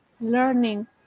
learning